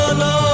no